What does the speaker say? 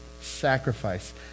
sacrifice